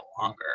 longer